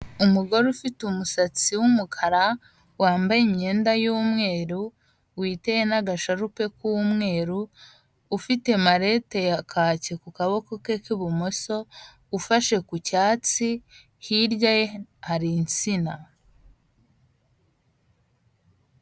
Umugore ufite umusatsi w'umukara wambaye imyenda y'umweru witeye n'agasharupe k'umweru, ufite malete ya kake ku kaboko ke k'ibumoso ufashe ku cyatsi, hirya ye hari ansina.